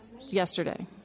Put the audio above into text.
yesterday